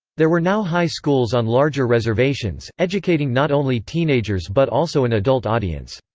there were now high schools on larger reservations, educating not only teenagers but also an adult audience.